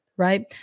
Right